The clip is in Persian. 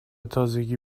تازگی